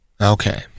Okay